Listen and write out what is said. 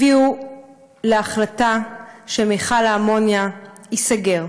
הביאו להחלטה שמכל האמוניה ייסגר.